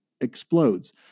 explodes